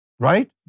Right